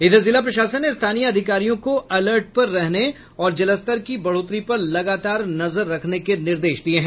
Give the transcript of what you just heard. इधर जिला प्रशासन ने स्थानीय अधिकारियों को अलर्ट पर रहने और जलस्तर की बढ़ोतरी पर लगातार नजर रखने के निर्देश दिये हैं